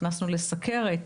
הכנסנו לסוכרת.